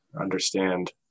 understand